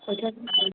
खयथासोआव खारोथाय